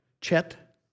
Chet